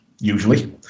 usually